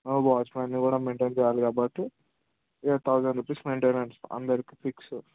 వాచ్మ్యాన్ని కూడా మైంటైన్ చేయాలి కాబట్టి ఇక థౌసండ్ రూపీస్ మైంటైనన్స్ అందరికి ఫిక్స్